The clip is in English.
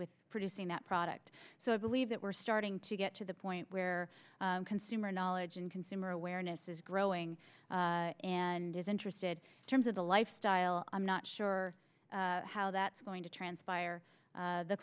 with producing that product so i believe that we're starting to get to the point where consumer knowledge and consumer awareness is growing and is interested in terms of the lifestyle i'm not sure how that's going to